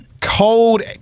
cold